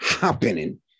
happening